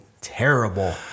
terrible